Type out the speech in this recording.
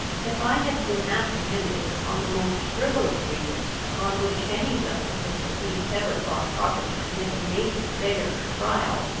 if i had been apprehended upon the most frivolous reasons upon which any justice of the peace ever thought proper to commit a naked beggar for trial,